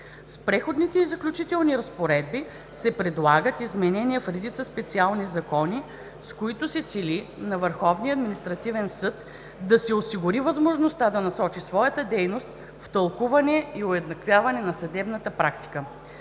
С Преходните и заключителни разпоредби се предлагат изменения в редица специални закони, с които се цели на Върховния административен съд да се осигури възможността да насочи своята дейност в тълкуване и уеднаквяване на съдебната практика.